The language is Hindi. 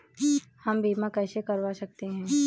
हम बीमा कैसे करवा सकते हैं?